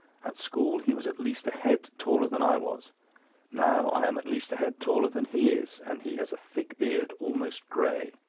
at school he was at least a head taller than i was now i am at least a head taller than he is, and he has a thick beard, almost grey.